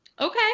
Okay